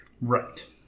right